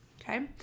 Okay